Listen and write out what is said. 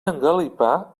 engalipar